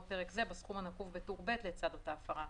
פרק זה בסכום הנקוב בטור ב' לצד אותה הפרה.